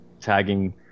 tagging